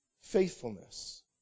faithfulness